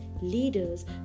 leaders